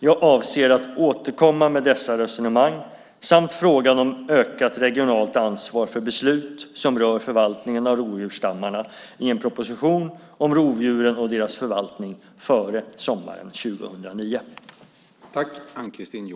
Jag avser att återkomma med dessa resonemang samt frågan om ökat regionalt ansvar för beslut som rör förvaltningen av rovdjursstammarna i en proposition om rovdjuren och deras förvaltning före sommaren 2009.